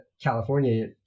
california